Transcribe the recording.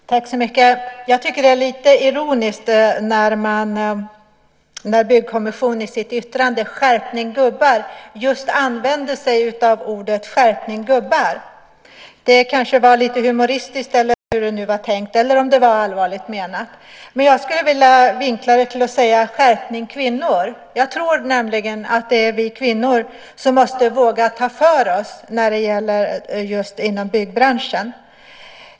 Fru talman! Jag tycker att det är litet ironiskt att Byggkommissionen i sitt yttrande Skärpning gubbar! använder sig av just uttrycket skärpning gubbar. Det kanske var tänkt att vara lite humoristiskt, eller så var det allvarligt menat. Men jag skulle vilja vinkla det och säga: Skärpning kvinnor! Jag tror nämligen att det är vi kvinnor som måste våga ta för oss just inom byggbranschen.